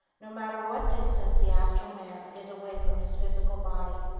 no matter what distance the astral man is away from his physical body,